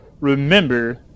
remember